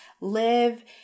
live